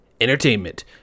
Entertainment